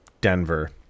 Denver